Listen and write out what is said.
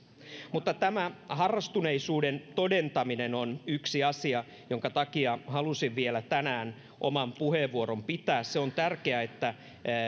tämä harrastuneisuuden todentaminen on yksi asia jonka takia halusin vielä tänään oman puheenvuoron pitää on tärkeää että